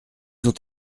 ont